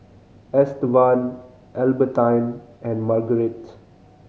Estevan Albertine and Marguerite